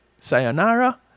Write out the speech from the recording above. sayonara